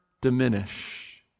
diminish